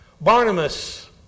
Barnabas